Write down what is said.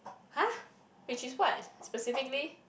!huh! which is what specifically